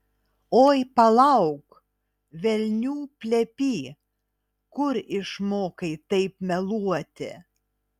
oi palauk velnių plepy kur išmokai taip meluoti